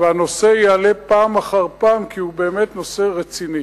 והנושא יעלה פעם אחר פעם, כי הוא באמת נושא רציני,